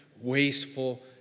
wasteful